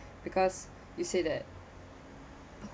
because you say that